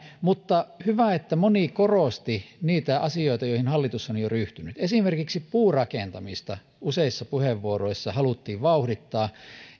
mutta hyvä että moni korosti niitä asioita joihin hallitus on jo ryhtynyt esimerkiksi puurakentamista useissa puheenvuoroissa haluttiin vauhdittaa